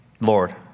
Lord